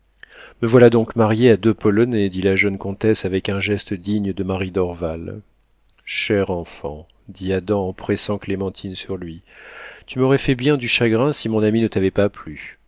me voilà donc mariée à deux polonais dit la jeune comtesse avec un geste digne de marie dorval chère enfant dit adam en pressant clémentine sur lui tu m'aurais fait bien du chagrin si mon ami ne t'avait pas plu